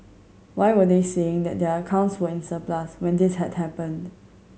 why were they saying that their accounts were in surplus when this had happened